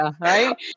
right